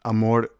Amor